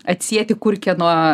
atsieti kur kieno